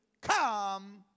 come